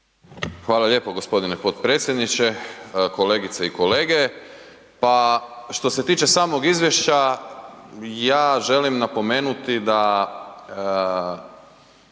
Hvala lijepo gospodine potpredsjedniče. Kolegice i kolege. Pa što se tiče samog izvješća, ja želim napomenuti da